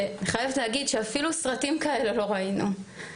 שאני חייבת להגיד שאפילו סרטים כאלה לא ראינו.